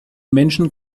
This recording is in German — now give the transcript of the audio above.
menschen